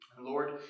Lord